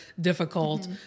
difficult